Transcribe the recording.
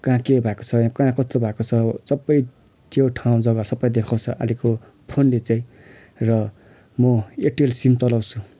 कहाँ के भएको छ कहाँ कस्तो भएको छ सबै त्यो ठाउँ जग्गा सबै देखाउँछ अहिलेको फोनले चाहिँ र म एयरटेल सिम चलाउँछु